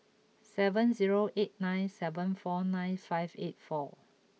seven zero eight nine seven four nine five eight four